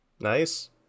Nice